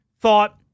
thought